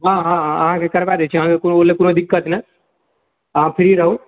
हँ हँ हँ अहाँकेँ करबाए दए छी अहाँकेँ कोनो ओहि ला कोनो दिक्कत नहि अहाँ फ्री रहु